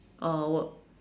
uh work